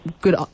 good